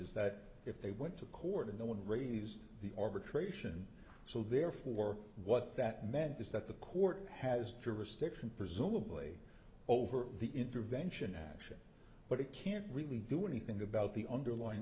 is that if they went to court and they want to raise the creation so therefore what that meant is that the court has jurisdiction presumably over the intervention action but it can't really do anything about the underlying